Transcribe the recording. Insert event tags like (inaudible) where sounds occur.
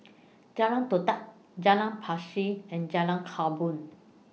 Jalan Todak Jalan (unintelligible) and Jalan Korban